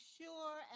sure